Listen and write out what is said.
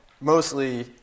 mostly